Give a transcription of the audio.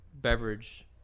beverage